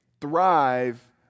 thrive